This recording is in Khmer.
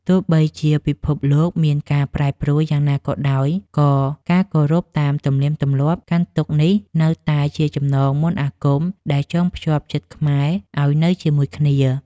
ទោះបីជាពិភពលោកមានការប្រែប្រួលយ៉ាងណាក៏ដោយ ក៏ការគោរពតាមទំនៀមទម្លាប់កាន់ទុក្ខនេះនៅតែជាចំណងមន្តអាគមដែលចងភ្ជាប់ចិត្តខ្មែរឱ្យនៅជាមួយគ្នា។